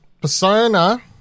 Persona